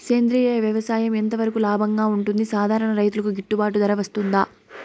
సేంద్రియ వ్యవసాయం ఎంత వరకు లాభంగా ఉంటుంది, సాధారణ రైతుకు గిట్టుబాటు ధర వస్తుందా?